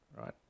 right